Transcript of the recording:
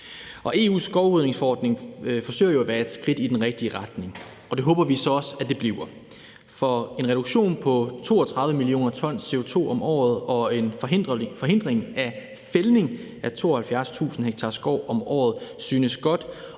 EU's skovrydningsforordning forsøger jo at være et skridt i den rigtige retning, og det håber vi så også at det bliver. For en reduktion på 32 mio. t CO2 om året og en forhindring af fældning af 72.000 ha skov om året synes godt,